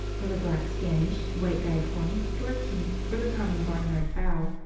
whether black spanish, white leghorn, dorking, or the common barnyard fowl,